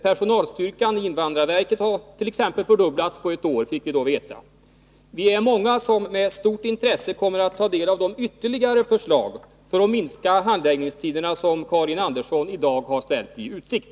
Personalstyrkan hos invandrarenheten inom arbetsmarknadsdepartementet har fördubblats på fem år, fick vi t.ex. veta då. Vi är många som med stort intresse kommer att ta del av de ytterligare förslag för att minska handläggningstiderna som Karin Andersson i dag har ställt i utsikt.